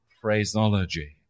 phraseology